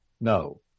No